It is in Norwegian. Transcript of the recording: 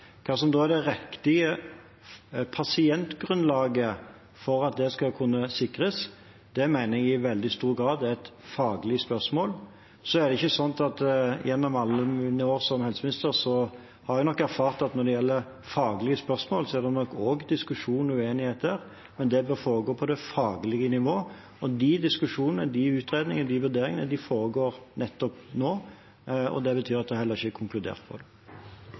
Hva som er det rette pasientgrunnlaget for at det skal kunne sikres, mener jeg i veldig stor grad er et faglig spørsmål. Gjennom alle mine år som helseminister har jeg nok erfart at når det gjelder faglige spørsmål, er det også diskusjon og uenighet der, men det bør foregå på det faglige nivået. De diskusjonene, utredningene og vurderingene foregår nettopp nå. Det betyr at det heller ikke er konkludert på det.